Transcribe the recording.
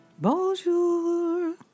Bonjour